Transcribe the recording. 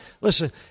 listen